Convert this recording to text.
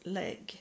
leg